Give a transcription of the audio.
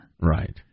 Right